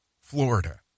Florida